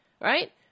Right